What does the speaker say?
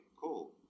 cool